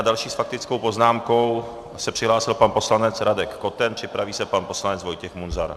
Další s faktickou poznámkou se přihlásil pan poslanec Radek Koten, připraví se pan poslanec Vojtěch Munzar.